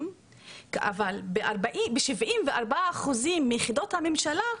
אבל ב- 74% מיחידות הממשלה,